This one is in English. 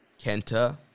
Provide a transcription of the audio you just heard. Kenta